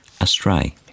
astray